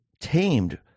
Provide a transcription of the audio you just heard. tamed